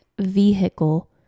vehicle